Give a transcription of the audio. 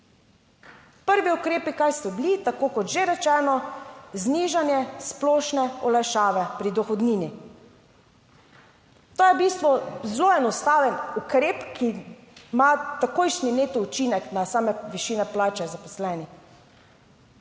Prvi ukrepi, kaj so bili, tako kot že rečeno, znižanje splošne olajšave pri dohodnini. To je v bistvu zelo enostaven ukrep, ki ima takojšnji neto učinek na same višine plače zaposlenih.